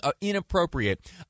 inappropriate